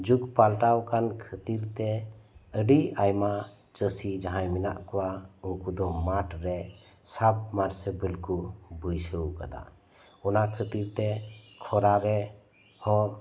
ᱡᱩᱜ ᱯᱟᱞᱴᱟᱣ ᱟᱠᱟᱱ ᱠᱷᱟᱹᱛᱤᱨ ᱛᱮ ᱟᱹᱰᱤ ᱟᱭᱢᱟ ᱪᱟᱹᱥᱤ ᱡᱟᱦᱟᱸᱭ ᱢᱮᱱᱟᱜ ᱠᱚᱣᱟ ᱩᱱᱠᱩ ᱫᱚ ᱢᱟᱴ ᱴᱮ ᱥᱟᱵ ᱢᱟᱨᱥᱮᱵᱮᱞ ᱠᱩ ᱵᱟᱹᱭᱥᱟᱹᱣ ᱟᱠᱟᱫᱟ ᱚᱱᱟ ᱠᱷᱟᱹᱛᱤᱨ ᱛᱮ ᱠᱷᱚᱨᱟ ᱨᱮᱦᱚᱸ